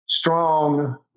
strong